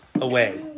away